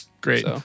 Great